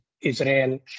Israel